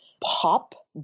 pop